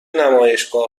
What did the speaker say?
نمایشگاه